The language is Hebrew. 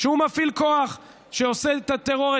שהוא מפעיל כוח שעושה את הטרור,